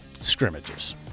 Scrimmages